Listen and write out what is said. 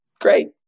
great